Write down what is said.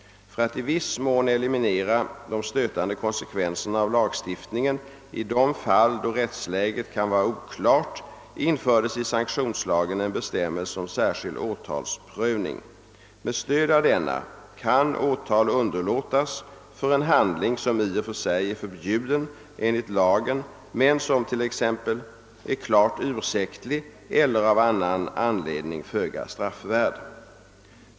För att i viss mån eliminera de stötande konsekvenserna av lagstiftningen i de fall då rättsläget kan vara oklart infördes i sanktionslagen en bestämmelse om särskild åtalsprövning. Med stöd av denna kan åtal underlåtas för en handling som i och för sig är förbjuden enligt lagen men som t.ex. är klart ursäktlig eller av annan anledning föga straffvärd.